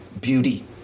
beauty